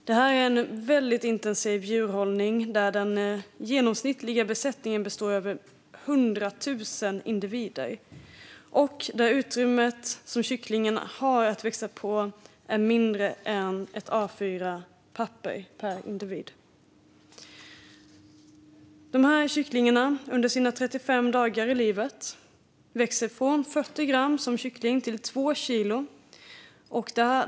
Det rör sig om väldigt intensiv djurhållning, där den genomsnittliga besättningen består av 100 000 individer och där utrymmet som kycklingarna har att växa på är mindre än ett A4-papper per individ. Under sina 35 dagar i livet växer dessa kycklingar från 40 gram till 2 kilo.